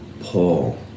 Paul